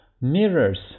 mirrors